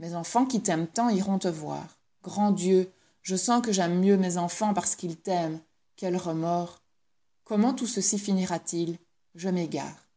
mes enfants qui t'aiment tant iront te voir grand dieu je sens que j'aime mieux mes enfants parce qu'ils t'aiment quel remords comment tout ceci finira-t-il je m'égare